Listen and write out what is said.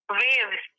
waves